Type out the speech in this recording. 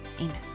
amen